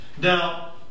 now